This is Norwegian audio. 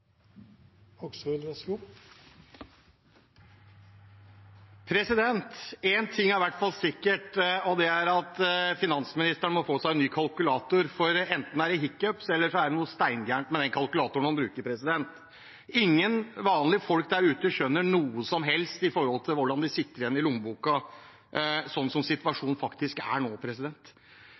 sikkert, og det er at finansministeren må få seg en ny kalkulator. Enten er det «hiccups» eller så er det noe steingærent med den kalkulatoren han bruker. Ingen vanlige folk der ute skjønner noe som helst med tanke på hva man sitter igjen med i lommeboken, slik som situasjonen er nå.